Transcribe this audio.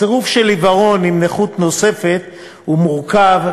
צירוף של עיוורון עם נכות נוספת הוא מורכב,